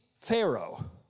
Pharaoh